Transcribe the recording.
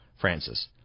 Francis